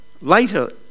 later